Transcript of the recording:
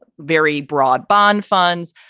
very broad bond funds.